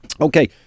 Okay